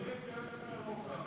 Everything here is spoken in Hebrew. אדוני סגן שר האוצר,